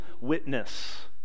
witness